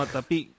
Tapi